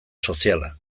soziala